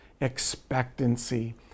expectancy